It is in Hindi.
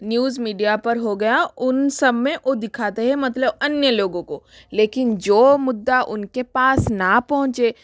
न्यूज़ मीडिया पर हो गया उन सब में वो दिखाते हैं मतलब अन्य लोगों को लेकिन जो मुद्दा उनके पास ना पहुँचे